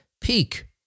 Peak